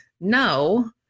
No